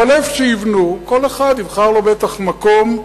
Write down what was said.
אבל איפה שיבנו, כל אחד יבחר לו בטח מקום.